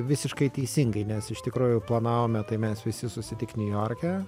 visiškai teisingai nes iš tikro jau planavome tai mes visi susitikt niujorke